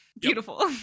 Beautiful